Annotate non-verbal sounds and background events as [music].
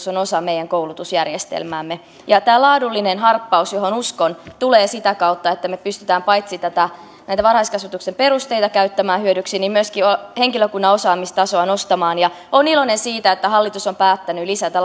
[unintelligible] on osa meidän koulutusjärjestelmäämme tämä laadullinen harppaus johon uskon tulee sitä kautta että me pystymme paitsi näitä varhaiskasvatuksen perusteita käyttämään hyödyksi myöskin henkilökunnan osaamistasoa nostamaan ja olen iloinen siitä että hallitus on päättänyt lisätä [unintelligible]